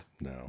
No